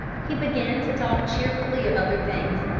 he began to talk cheerfully of other things,